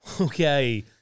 Okay